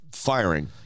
firing